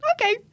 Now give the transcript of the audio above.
okay